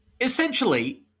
essentially